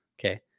okay